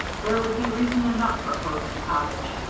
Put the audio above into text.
there would be reason enough for closing the cottage.